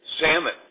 salmon